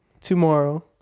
tomorrow